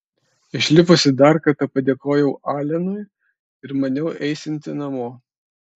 išlipusi dar kartą padėkojau alenui ir maniau eisianti namo